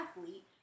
athlete